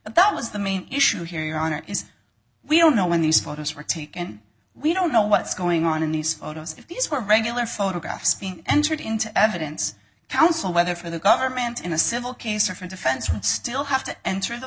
but that was the main issue here your honor is we don't know when these photos were taken we don't know what's going on in these photos if these were regular photographs being entered into evidence counsel whether for the government in a civil case or for defense who still have to enter the